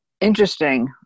Interesting